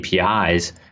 api's